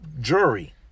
jury